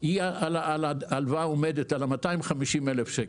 היא על ההלוואה עומדת, היא על 250,000 שקל.